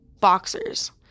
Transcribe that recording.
boxers